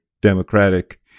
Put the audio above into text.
democratic